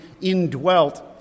indwelt